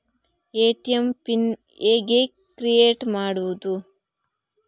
ATM PIN ಹೇಗೆ create ಮಾಡುವುದು?